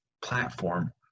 platform